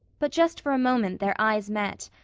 but just for a moment their eyes met,